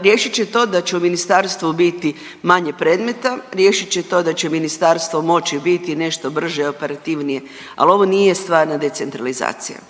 riješit će to da će u ministarstvu biti manje predmeta, riješit će to da će ministarstvo moći biti nešto brže i operativnije, al ovo nije stvarna decentralizacija.